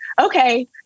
okay